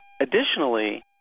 additionally